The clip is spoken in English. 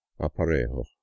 aparejo